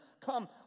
Come